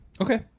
Okay